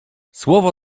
słowo